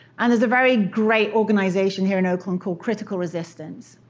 and there's a very great organization here in oakland called critical resistance.